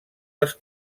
les